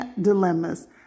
dilemmas